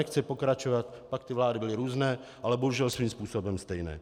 A nechci pokračovat, pak ty vlády byly různé, ale bohužel svým způsobem stejné.